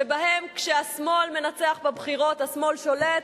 שבהם כשהשמאל מנצח בבחירות השמאל שולט,